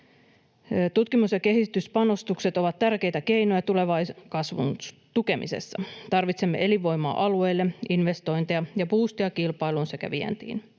Tutkimus- ja kehityspanostukset ovat tärkeitä keinoja tulevan kasvun tukemisessa. Tarvitsemme elinvoimaa alueille, investointeja ja buustia kilpailuun sekä vientiin.